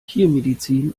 tiermedizin